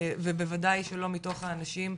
ובודאי שלא מתוך האנשים,